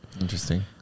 Interesting